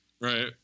Right